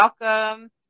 Welcome